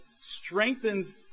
strengthens